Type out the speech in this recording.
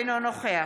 אינו נוכח